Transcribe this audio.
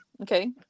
okay